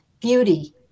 beauty